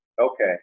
Okay